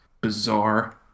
bizarre